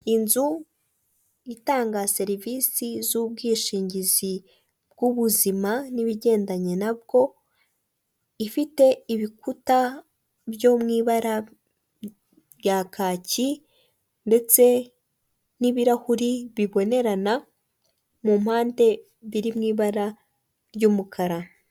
Inzu itanga serivisi z'ubwishingizi bw'ubuzima n'ibigendanye nabwo, ifite ibikuta byo mu ibara rya kaki ndetse n'ibirahuri bibonerana mu mpande biri mu ibara ry'umukara.